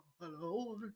Hello